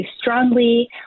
strongly